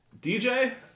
DJ